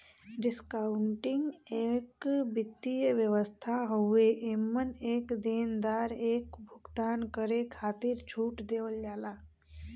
discounting एक वित्तीय व्यवस्था हउवे एमन एक देनदार एक भुगतान करे खातिर छूट देवल जाला